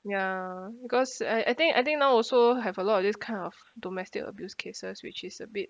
ya because I I think I think now also have a lot of this kind of domestic abuse cases which is a bit